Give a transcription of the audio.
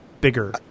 bigger